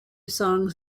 songs